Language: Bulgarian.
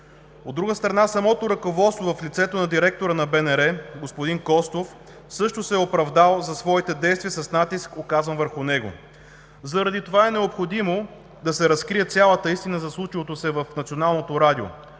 От друга страна, самото ръководство в лицето на директора на БНР – господин Костов, също се е оправдало за своите действия с натиск, оказан върху него. Заради това е необходимо да се разкрие цялата истина за случилото се в Националното радио.